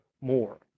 more